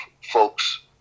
folks